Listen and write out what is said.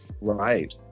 Right